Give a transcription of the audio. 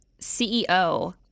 CEO